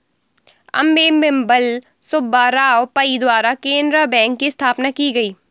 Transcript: अम्मेम्बल सुब्बा राव पई द्वारा केनरा बैंक की स्थापना की गयी